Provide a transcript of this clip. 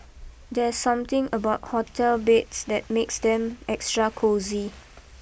there are something about hotel beds that makes them extra cosy